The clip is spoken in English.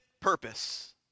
purpose